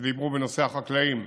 ודיברו בנושא החקלאים.